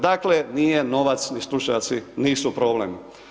Dakle, nije novac ni stručnjaci nisu problem.